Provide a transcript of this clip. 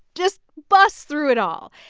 just busts through it all.